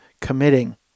committing